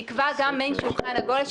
נקבע גם מעין שולחן עגול.